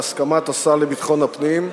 בהסכמת השר לביטחון הפנים,